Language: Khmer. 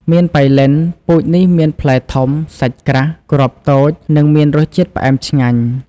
មៀនប៉ៃលិន ពូជនេះមានផ្លែធំ សាច់ក្រាស់ គ្រាប់តូច និងមានរសជាតិផ្អែមឆ្ងាញ់។